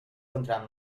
contra